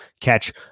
catch